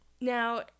Now